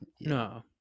no